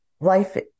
life